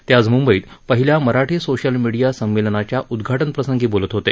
ते आज मुंबईत पहिल्या मराठी सोशल मिडिया संमेलनाच्या उद्घाटनप्रसंगी बोलत होते